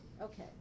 Okay